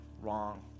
wrong